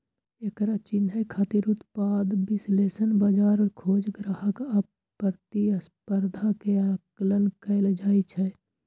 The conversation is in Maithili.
एकरा चिन्है खातिर उत्पाद विश्लेषण, बाजार खोज, ग्राहक आ प्रतिस्पर्धा के आकलन कैल जाइ छै